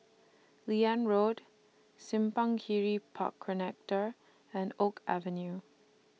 Liane Road Simpang Kiri Park Connector and Oak Avenue